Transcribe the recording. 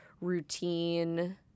routine